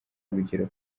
urugero